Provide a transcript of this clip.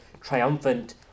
triumphant